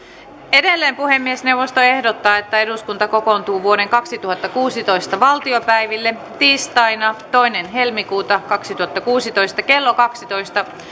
edelleen puhemiesneuvosto ehdottaa että eduskunta kokoontuu vuoden kaksituhattakuusitoista valtiopäiville tiistaina toinen toista kaksituhattakuusitoista kello kaksitoista